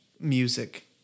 music